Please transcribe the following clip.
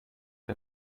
der